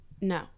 No